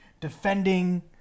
defending